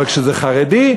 אבל כשזה חרדי,